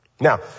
Now